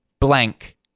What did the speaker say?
blank